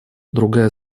другая